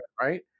right